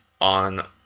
on